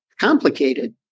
complicated